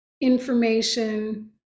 information